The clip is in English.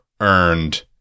earned